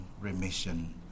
remission